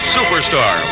Superstar